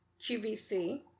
QVC